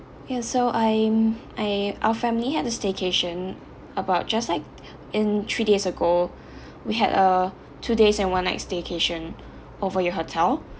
yes so I'm I our family had a staycation about just like in three days ago we had a two days and one night staycation over your hotel